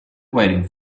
waiting